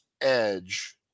edge